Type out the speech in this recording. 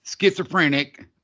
schizophrenic